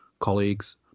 colleagues